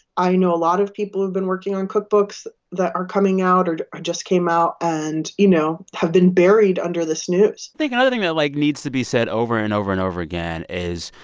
i know a lot of people who've been working on cookbooks that are coming out or or just came out and, you know, have been buried under this news i think another thing that, like, needs to be said over and over and over again is,